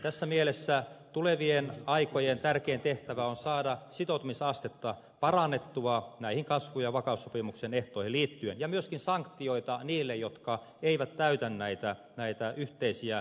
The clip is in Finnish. tässä mielessä tulevien aikojen tärkein tehtävä on saada sitoutumisastetta parannettua näihin kasvu ja vakaussopimuksen ehtoihin liittyen ja myöskin sanktioita niille jotka eivät täytä näitä yhteisiä pelisääntöjä